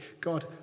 God